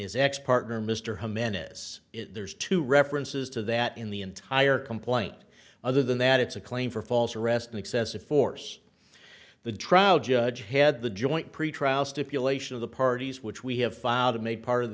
his ex partner mr howe menace it there's two references to that in the entire complaint other than that it's a claim for false arrest and excessive force the trial judge had the joint pretrial stipulation of the parties which we have filed a made part of